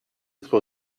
être